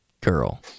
girl